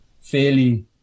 fairly